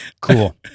cool